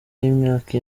y’imyaka